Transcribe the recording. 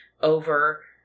over